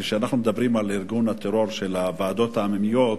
כשאנחנו מדברים על ארגון הטרור של הוועדות העממיות,